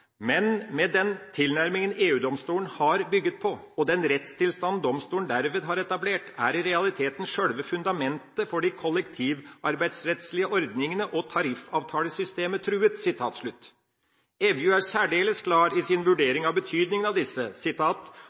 men er også et angrep på sjølve organisasjonsretten og retten til kollektive forhandlinger. Professor i arbeidsrett Stein Evju har formulert det slik: «Men med den tilnærmingen EU-domstolen har bygget på, og den rettstilstanden domstolen derved har etablert, er i realiteten selve fundamentet for de kollektivarbeidsrettslige ordningene og tariffavtalesystemet truet.» Evju er